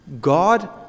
God